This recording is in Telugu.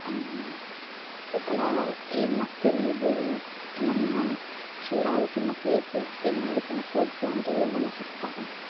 ఇక్కడ ఏమి నాకు తెలీదు ఏమన్నా చూడాల్సిన ప్లేసెస్ తినాల్సిన ఫుడ్స్ లాంటివి ఏమన్నా చెప్తారా